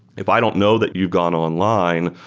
if i don't know that you've gone online,